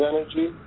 energy